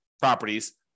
properties